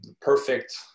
perfect